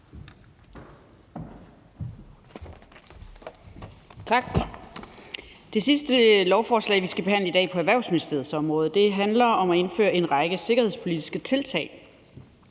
Tak. Det sidste lovforslag, vi skal behandle i dag på Erhvervsministeriets område, handler om at indføre en række sikkerhedspolitiske tiltag,